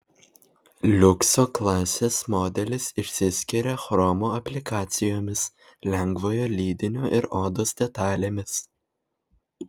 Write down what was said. liukso klasės modelis išsiskiria chromo aplikacijomis lengvojo lydinio ir odos detalėmis